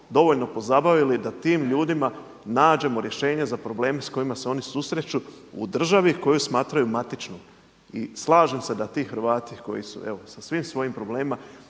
dovoljno pozabavili da tim ljudima nađemo rješenje za probleme s kojima se oni susreću u državi koju smatraju matičnom. I slažem se da ti Hrvati koji su evo sa svim svojim problemima